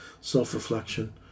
self-reflection